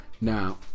Now